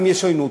אם יש עוינות,